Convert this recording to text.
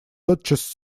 тотчас